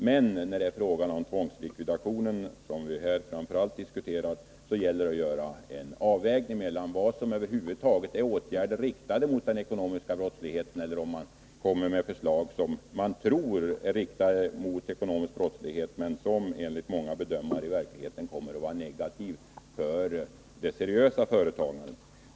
Men i fråga om tvångslikvidation, som vi nu framför allt diskuterar, gäller det att göra en avvägning mellan vad som över huvud taget är åtgärder riktade mot den ekonomiska brottsligheten och förslag som man tror är riktade mot den ekonomiska brottsligheten men som enligt många bedömare i verkligheten kommer att vara negativa för de seriösa företagen.